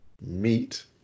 meat